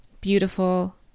beautiful